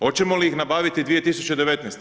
Hoćemo li ih nabaviti 2019.